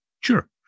Sure